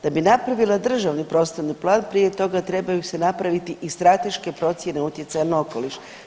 Da bi napravila državni prostorni plan prije toga trebaju se napraviti i strateške procjene utjecaja na okoliš.